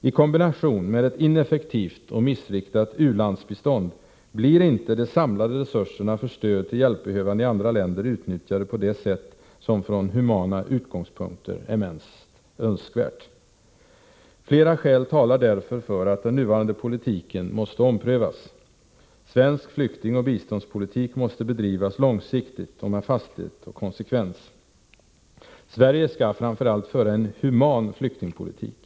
I kombination med ett ineffektivt och missriktat u-landsbistånd, blir inte de samlade resurserna för stöd till hjälpbehövande i andra länder utnyttjade på det sätt som från humana utgångspunkter är mest önskvärt. Flera skäl talar därför för att den nuvarande politiken måste omprövas. Svensk flyktingoch biståndspolitik måste bedrivas långsiktigt och med fasthet och konsekvens. Sverige skall framför allt föra en human flyktingpolitik.